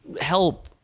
help